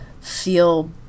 feel